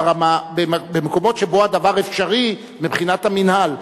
במקומות שבהם הדבר אפשרי מבחינת המינהל.